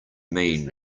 mean